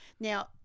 Now